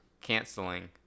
canceling